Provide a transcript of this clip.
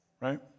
right